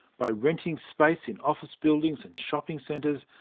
by renting space in office buildings and shopping centres,